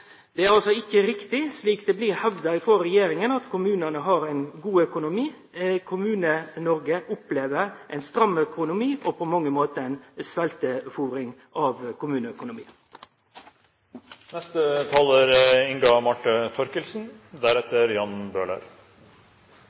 Det er altså ikkje riktig, slik det blir hevda av regjeringa, at kommunane har ein god økonomi. Kommune-Noreg opplever ein stram økonomi – på mange måtar ei sveltefôring av kommuneøkonomien. Verden er